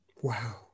Wow